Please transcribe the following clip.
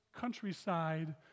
countryside